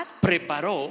preparó